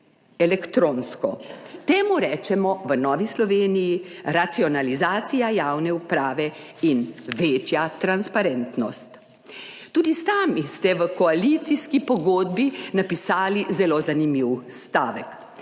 elektronsko. Temu rečemo v Novi Sloveniji racionalizacija javne uprave in večja transparentnost. Tudi sami ste v koalicijski pogodbi napisali zelo zanimiv stavek: